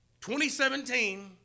2017